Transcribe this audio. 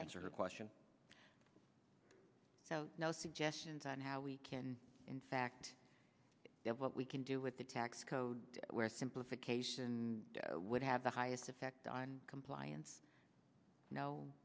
answer a question no suggestions on how we can in fact have what we can do with the tax code where simplification would have the highest effect on compliance no